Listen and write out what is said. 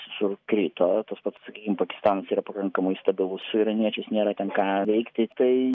sukrito tas pats sakykim pakistanas yra pakankamai stabilus su iraniečiais nėra ten ką veikti tai